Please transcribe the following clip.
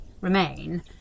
remain